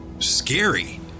scary